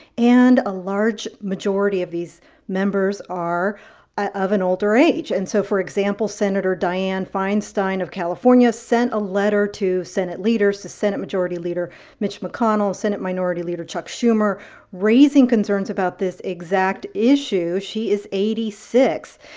and a large majority of these members are of an older age. and so for example, sen. dianne feinstein of california sent a letter to senate leaders the senate majority leader mitch mcconnell, senate minority leader chuck schumer raising concerns about this exact issue. she is eighty six,